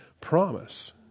promise